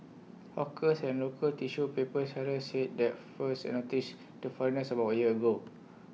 hawkers and local tissue paper sellers said that first they noticed the foreigners about A year ago